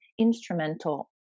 instrumental